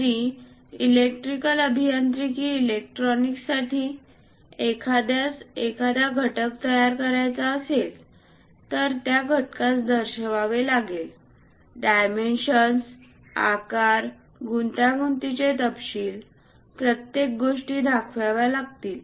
जरी इलेक्ट्रिकल अभियांत्रिकी इलेक्ट्रॉनिक्ससाठी एखाद्यास एखादा घटक तयार करायचा असेल तर त्या घटकास दर्शवावे लागेल डायमेन्शन्स आकार गुंतागुंतीचे तपशील प्रत्येक गोष्टी दाखवाव्या लागतील